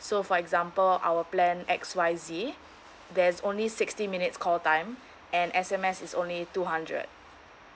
so for example our plan X Y Z there's only sixty minutes call time and S_M_S is only two hundred